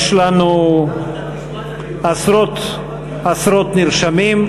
יש לנו עשרות נרשמים.